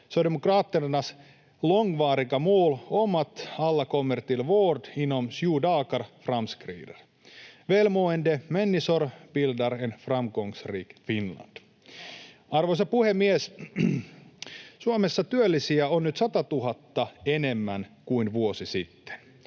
Socialdemokraternas långvariga mål om att alla får vård inom sju dagar framskrider. Välmående människor bildar ett framgångsrikt Finland. Arvoisa puhemies! Suomessa on nyt työllisiä 100 000 enemmän kuin vuosi sitten.